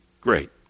Great